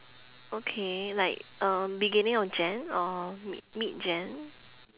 okay like um beginning of jan or mid mid jan